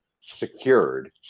secured